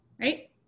right